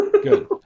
Good